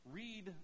read